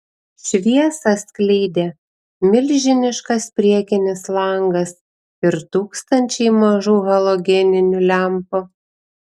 šviesą skleidė milžiniškas priekinis langas ir tūkstančiai mažų halogeninių lempų